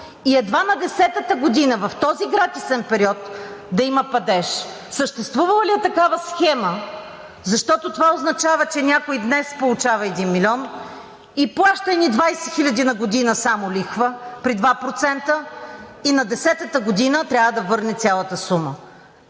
и едва на десетата година – в този гратисен период, да има падеж?! Съществувала ли е такава схема? Защото това означава, че някой днес получава 1 милион и плаща едни 20 хиляди на година – само лихва при 2%, и на десетата година трябва да върне цялата сума.